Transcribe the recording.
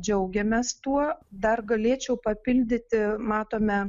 džiaugiamės tuo dar galėčiau papildyti matome